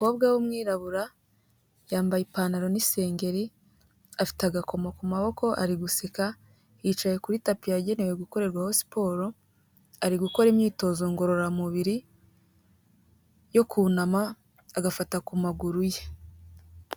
Umukobwa w'umwirabura yambaye ipantaro n'isengeri, afite agakoma ku maboko, ari guseka, yicaye kuri tapi yagenewe gukorerwaho siporo, ari gukora imyitozo ngororamubiri yo kunama agafata ku maguru ye.